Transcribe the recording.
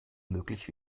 möglich